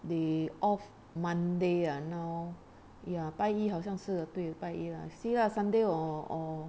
they off monday ah now ya 拜一好像是对拜一 lah see lah sunday or or